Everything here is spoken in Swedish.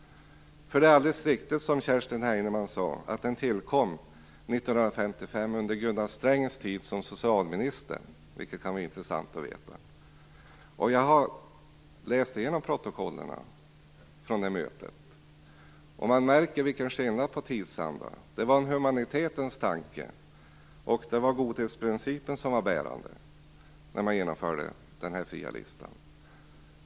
Det är alldeles riktigt som Kerstin Heinemann sade. Den fria listan tillkom år 1955 under Gunnar Strängs tid som socialminister, vilket kan vara intressant att veta. Jag har läst igenom protokollet från det mötet. Man märker vilken skillnad i tidsanda det är. Det var humanitetens tanke och godhetsprincipen som var bärande när man införde den fria listan.